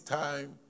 time